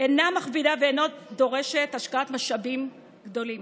אינה מכבידה ואינה דורשת השקעת משאבים גדולים.